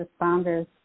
responders